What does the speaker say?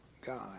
God